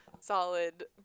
Solid